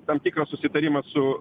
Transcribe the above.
tam tikrą susitarimą su